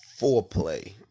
foreplay